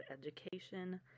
education